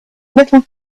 little